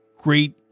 great